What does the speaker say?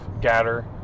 Gatter